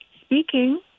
Speaking